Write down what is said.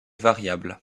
variable